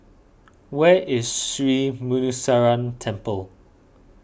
where is Sri Muneeswaran Temple